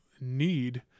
need